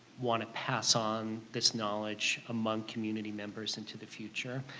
want to pass on this knowledge among community members into the future.